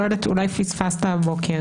אני לא יודעת, אולי פספסת הבוקר,